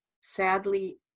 sadly